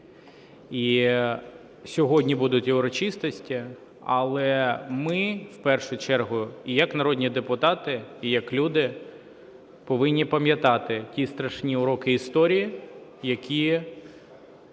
І сьогодні будуть урочистості. Але ми в першу чергу як народні депутати і як люди повинні пам'ятати ті страшні уроки історії, які,